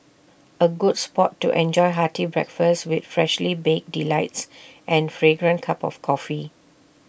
A good spot to enjoy hearty breakfast with freshly baked delights and fragrant cup of coffee